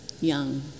young